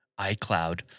iCloud